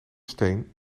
steen